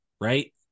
Right